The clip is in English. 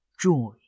joy